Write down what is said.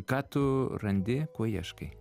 ką tu randi ko ieškai